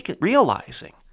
realizing